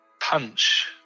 punch